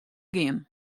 gean